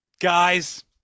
guys